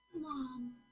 mom